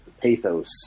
pathos